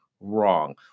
wrong